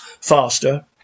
faster